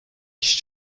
kişi